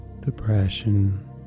depression